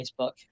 Facebook